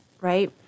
right